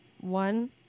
One